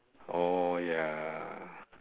oh ya